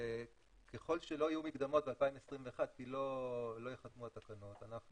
וככל שלא יהיו מקדמות ב-2021 כי לא ייחתמו התקנות אנחנו